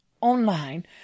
online